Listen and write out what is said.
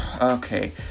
okay